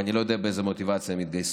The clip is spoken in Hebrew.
ואני לא יודע באיזה מוטיבציה הם יתגייסו.